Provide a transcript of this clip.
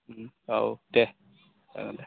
औ देह जागोन दे